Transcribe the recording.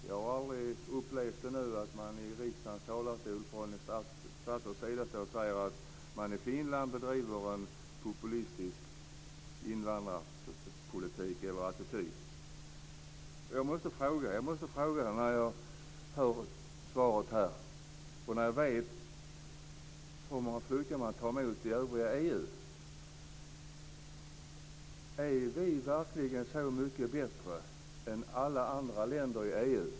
Jag har aldrig upplevt ännu att man i riksdagens talarstol från ett statsråds sida står och säger att man i Finland bedriver en populistisk invandrarpolitik eller har en sådan attityd. När jag hör svaret här, och när jag vet hur många flyktingar man tar emot i övriga EU, måste jag fråga om vi verkligen är så mycket bättre än alla andra länder i EU.